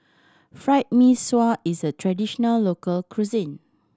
Fried Mee Sua is a traditional local cuisine